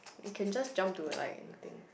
I can just jump to like anything